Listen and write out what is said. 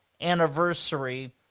anniversary